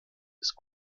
ist